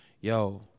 yo